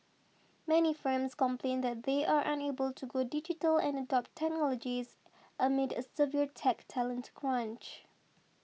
many firms complain that they are unable to go digital and adopt technologies amid a severe tech talent crunch